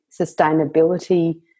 sustainability